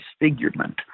disfigurement